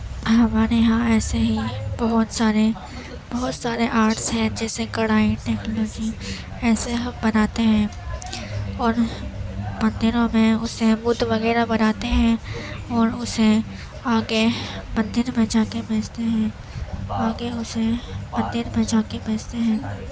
ہمارے یہاں ایسے ہی بہت سارے بہت سارے آرٹس ہیں جیسے کڑھائی ٹیکنالوجی ایسے ہم بناتے ہیں اور مندروں میں اس سے بت وغیرہ بناتے ہیں اور اسے آگے مندر میں جا کے بیچتے ہیں آگے اسے مندر میں جا کے بیچتے ہیں